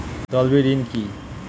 তলবি ঋন কি?